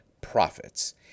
profits